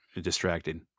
distracted